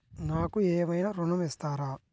నాకు ఏమైనా ఋణం ఇస్తారా?